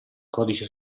codice